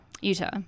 Utah